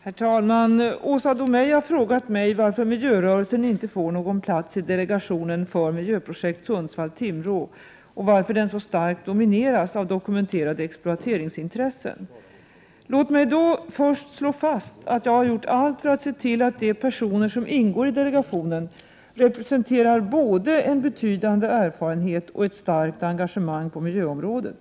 Herr talman! Åsa Domeij har frågat mig varför miljörörelsen inte får i ARE - någon plats i delegationen för miljöprojekt Sundsvall-Timrå och varför den PIEJESEk aureS vals så starkt domineras av dokumenterade exploationeringsintressen. Låt mig först slå fast att jag har gjort allt för att se till att de personer som S bed ingår i delegationen representerar både en betydande erfarenhet och ett Om fERGrngens ReNu starkt engagemang på miljöområdet.